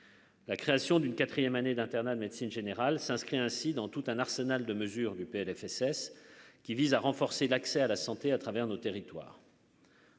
La création d'une 4ème année d'internat de médecine générale s'inscrit ainsi dans tout un arsenal de mesures du PLFSS qui vise à renforcer l'accès à la santé à travers nos territoires.